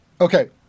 Okay